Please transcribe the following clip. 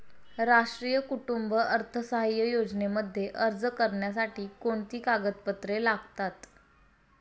राष्ट्रीय कुटुंब अर्थसहाय्य योजनेमध्ये अर्ज करण्यासाठी कोणती कागदपत्रे लागतात?